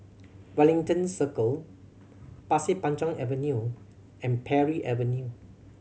Wellington Circle Pasir Panjang Avenue and Parry Avenue